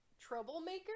troublemaker